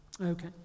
okay